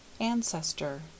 Ancestor